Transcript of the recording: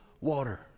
water